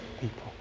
people